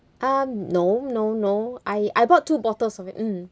uh no no no I I bought two bottles of it mm